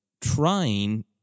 trying